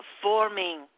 forming